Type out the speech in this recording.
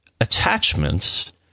attachments